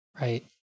Right